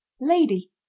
Lady